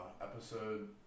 Episode